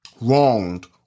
wronged